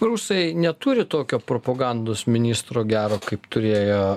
rusai neturi tokio propagandos ministro gero kaip turėjo